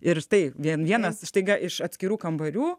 ir štai vien vienas staiga iš atskirų kambarių